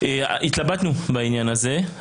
התלבטנו בעניין הזה,